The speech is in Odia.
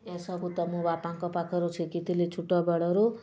ଏ ସବୁ ତ ମୁଁ ବାପାଙ୍କ ପାଖରୁ ଶିଖିଥିଲି ଛୋଟବେଳରୁ